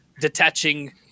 detaching